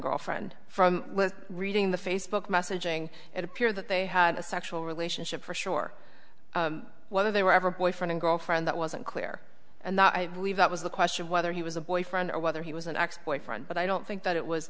girlfriend from reading the facebook messaging it appear that they had a sexual relationship for sure whether they were ever boyfriend girlfriend that wasn't clear and i believe that was the question of whether he was a boyfriend or whether he was an ex boyfriend but i don't think that it was